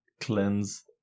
cleanse